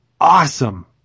awesome